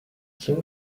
için